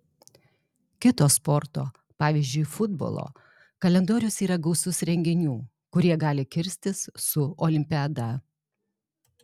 kito sporto pavyzdžiui futbolo kalendorius yra gausus renginių kurie gali kirstis su olimpiada